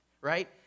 right